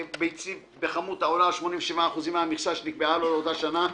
ביצים בכמות העולה על 87 אחוזים מהמכסה שנקבעה לו לאותה שנה,